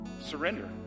surrender